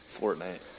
Fortnite